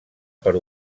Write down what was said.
per